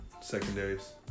secondaries